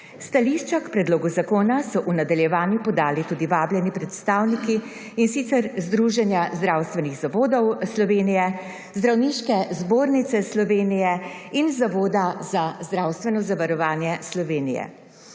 Stališča k predlogu zakona so v nadaljevanju podali tudi vabljeni predstavniki in sicer Združenja zdravstvenih zavodov Slovenije, Zdravniške zbornice Slovenije in Zavoda za zdravstveno zavarovanje Slovenije.